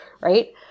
right